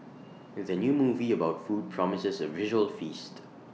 the new movie about food promises A visual feast